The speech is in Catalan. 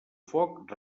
foc